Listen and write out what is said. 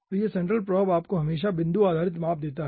तो यह central probe आपको हमेशा बिंदु आधारित माप देता है